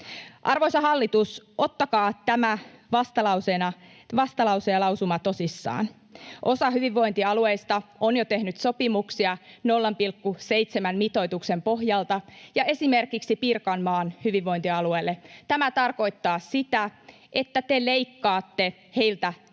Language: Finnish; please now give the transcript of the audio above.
Arvoisa hallitus, ottakaa tämä vastalause ja lausuma tosissaan. Osa hyvinvointialueista on jo tehnyt sopimuksia 0,7:n mitoituksen pohjalta, ja esimerkiksi Pirkanmaan hyvinvointialueelle tämä tarkoittaa sitä, että te leikkaatte heiltä noin